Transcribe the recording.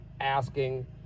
asking